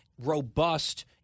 robust